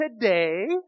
today